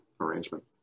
arrangement